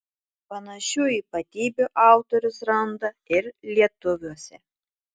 panašių ypatybių autorius randa ir lietuviuose